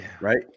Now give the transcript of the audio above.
right